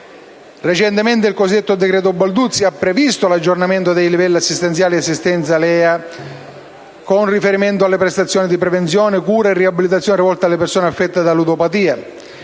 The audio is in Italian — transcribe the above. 189 del 2012, cosiddetto decreto Balduzzi, ha previsto l'aggiornamento dei livelli essenziali di assistenza (LEA) con riferimento alle prestazioni di prevenzione, cura e riabilitazione rivolte alle persone affette da ludopatia,